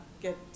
get